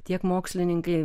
tiek mokslininkai